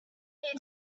here